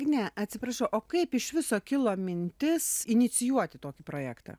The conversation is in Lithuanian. ne atsiprašau o kaip iš viso kilo mintis inicijuoti tokį projektą